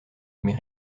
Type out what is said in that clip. mais